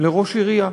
לראש עירייה: